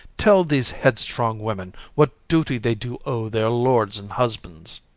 tell these headstrong women what duty they do owe their lords and husbands.